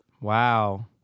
Wow